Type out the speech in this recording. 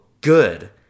good